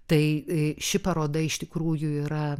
tai ši paroda iš tikrųjų yra